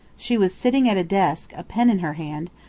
she was sitting at a desk, a pen in her hand,